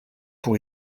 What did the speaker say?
pour